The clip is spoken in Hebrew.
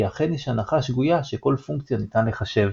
כי אכן יש הנחה שגויה שכל פונקציה ניתן לחשב,